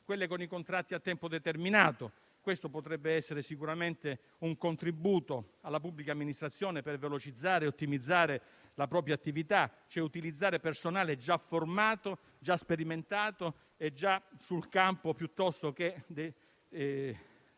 quelle con i contratti a tempo determinato. Questo potrebbe essere sicuramente un contributo alla pubblica amministrazione, per velocizzare e ottimizzare la propria attività, utilizzando personale già formato, già sperimentato e già sul campo anziché